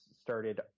started